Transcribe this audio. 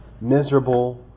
miserable